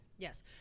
Yes